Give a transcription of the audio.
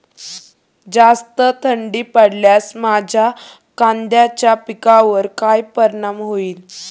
जास्त थंडी पडल्यास माझ्या कांद्याच्या पिकावर काय परिणाम होईल?